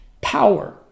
power